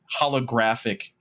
holographic